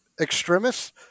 extremists